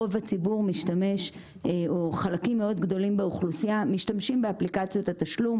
רוב הציבור או חלקים מאוד גדולים באוכלוסייה משתמשים באפליקציות התשלום.